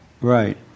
Right